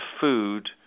food